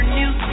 new